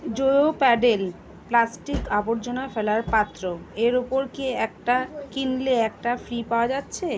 জোয়ো pedal plastic আবর্জনা ফেলার পাত্র এর ওপর কি একটা কিনলে একটা ফ্রি পাওয়া যাচ্ছে